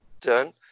Done